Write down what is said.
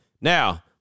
now